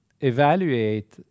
evaluate